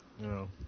No